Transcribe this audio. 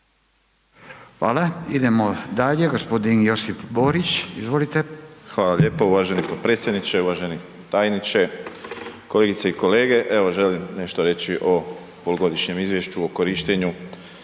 Hvala. Idemo dalje, g. Josip Borić, izvolite. **Borić, Josip (HDZ)** Hvala lijepo. Uvaženi potpredsjedniče, uvaženi tajniče, kolegice i kolege, evo želim nešto reći o polugodišnjem izvješću o korištenju